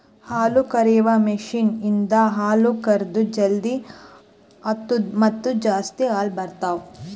ಹಾಲುಕರೆಯುವ ಮಷೀನ್ ಇಂದ ಹಾಲು ಕರೆದ್ ಜಲ್ದಿ ಆತ್ತುದ ಮತ್ತ ಜಾಸ್ತಿ ಹಾಲು ಬರ್ತಾವ